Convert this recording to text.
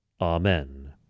Amen